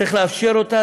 צריך לאפשר אותה.